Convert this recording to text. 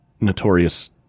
notorious